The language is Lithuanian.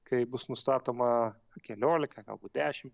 kai bus nustatoma keliolika galbūt dešimt